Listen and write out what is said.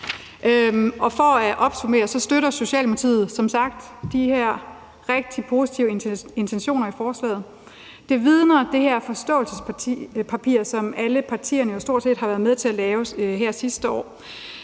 For at opsummere det støtter Socialdemokratiet som sagt de her rigtig positive intentioner i forslaget. Det vidner det her forståelsespapir om, som stort set alle partier jo har været med til at lave her sidste år